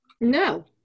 No